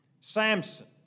Samson